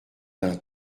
d’un